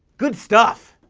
good stuff!